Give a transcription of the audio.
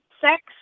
sex